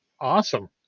awesome